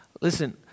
Listen